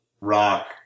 Rock